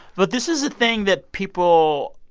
but this is a thing that people,